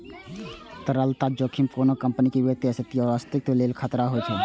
तरलता जोखिम कोनो कंपनीक वित्तीय स्थिति या अस्तित्वक लेल खतरा होइ छै